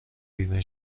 بیمه